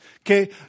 okay